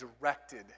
directed